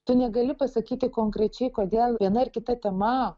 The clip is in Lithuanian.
tu negali pasakyti konkrečiai kodėl viena ar kita tema